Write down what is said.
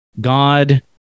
God